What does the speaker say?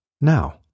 now